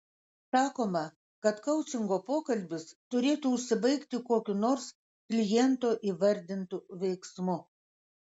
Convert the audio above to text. sakoma kad koučingo pokalbis turėtų užsibaigti kokiu nors kliento įvardintu veiksmu